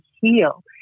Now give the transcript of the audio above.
heal